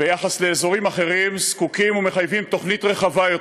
ביחס לאזורים אחרים, מחייבים תוכנית רחבה יותר.